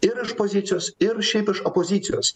ir iš pozicijos ir šiaip iš opozicijos